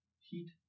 heat